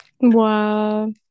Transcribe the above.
Wow